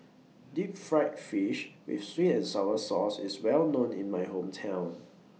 Deep Fried Fish with Sweet and Sour Sauce IS Well known in My Hometown